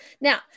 Now